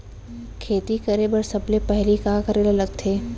खेती करे बर सबले पहिली का करे ला लगथे?